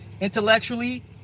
intellectually